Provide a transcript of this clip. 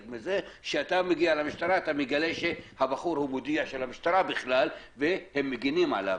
כשאתה מגיע למשטרה אתה מגלה שהבחור מודיע של המשטרה והם מגנים עליו.